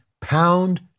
pound